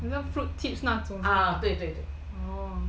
好像 fruit tips 那种